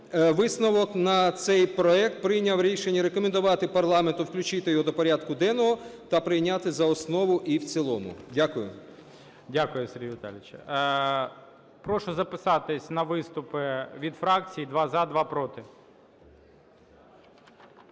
висновок на цей проект, прийняв рішення рекомендувати парламенту включити його до порядку денного та прийняти за основу і в цілому. Дякую.